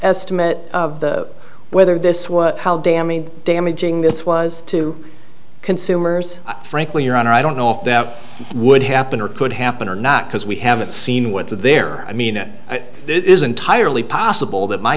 estimate of the weather this was how damning damaging this was to consumers frankly your honor i don't know if that would happen or could happen or not because we haven't seen what's there i mean it is entirely possible that my